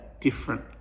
different